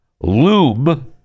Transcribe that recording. Loom